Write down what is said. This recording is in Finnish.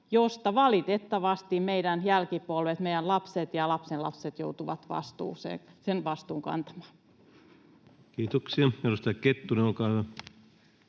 josta valitettavasti meidän jälkipolvet, meidän lapset ja lapsenlapset, joutuvat vastuun kantamaan. Kiitoksia. — Edustaja Kettunen, olkaa hyvä.